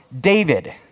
David